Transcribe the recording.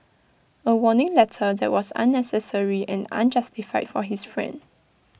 A warning letter that was unnecessary and unjustified for his friend